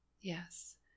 Yes